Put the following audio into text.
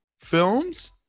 films